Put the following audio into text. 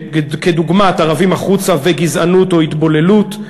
כדוגמת "ערבים החוצה" ו"גזענות או התבוללות".